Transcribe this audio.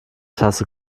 tasse